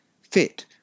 fit